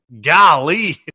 golly